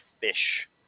fish